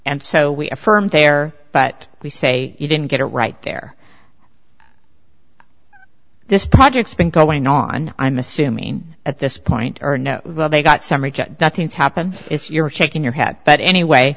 and so we affirmed there but we say you didn't get it right there this project's been going on i'm assuming at this point or no well they've got some things happen if you're shaking your head but anyway